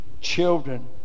Children